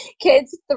kids